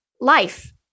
Life